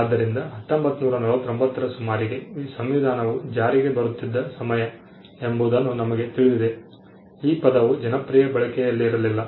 ಆದ್ದರಿಂದ 1949 ರ ಸುಮಾರಿಗೆ ಸಂವಿಧಾನವು ಜಾರಿಗೆ ಬರುತ್ತಿದ್ದ ಸಮಯ ಎಂಬುದನ್ನು ನಮಗೆ ತಿಳಿದಿದೆ ಈ ಪದವು ಜನಪ್ರಿಯ ಬಳಕೆಯಲ್ಲಿರಲಿಲ್ಲ